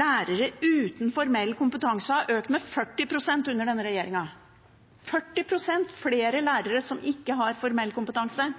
lærere uten formell kompetanse har økt med 40 pst. under denne regjeringen. Den økningen i antall utdannede lærere som er, har